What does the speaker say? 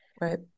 Right